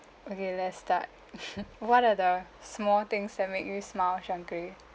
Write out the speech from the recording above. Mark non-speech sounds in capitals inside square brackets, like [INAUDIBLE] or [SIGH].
okay let's start [LAUGHS] what are the small things that make you smile shangkri